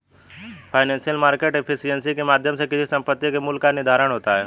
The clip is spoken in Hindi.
फाइनेंशियल मार्केट एफिशिएंसी के माध्यम से किसी संपत्ति के मूल्य का निर्धारण होता है